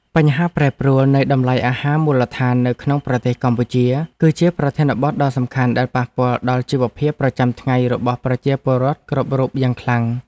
បញ្ហាប្រែប្រួលនៃតម្លៃអាហារមូលដ្ឋាននៅក្នុងប្រទេសកម្ពុជា គឺជាប្រធានបទដ៏សំខាន់ដែលប៉ះពាល់ដល់ជីវភាពប្រចាំថ្ងៃរបស់ប្រជាពលរដ្ឋគ្រប់រូបយ៉ាងខ្លាំង។